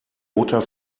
roter